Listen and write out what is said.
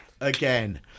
again